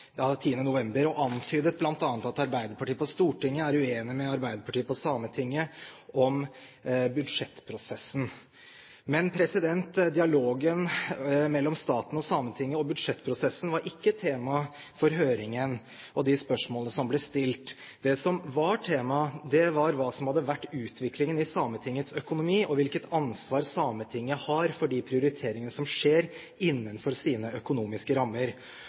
10. november, og antydet bl.a. at Arbeiderpartiet på Stortinget er uenig med Arbeiderpartiet på Sametinget om budsjettprosessen. Men dialogen mellom staten og Sametinget og budsjettprosessen var ikke tema for høringen og de spørsmålene som ble stilt. Det som var tema, var hva som hadde vært utviklingen i Sametingets økonomi, og hvilket ansvar Sametinget har for de prioriteringene som skjer innenfor sine økonomiske rammer.